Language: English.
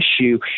issue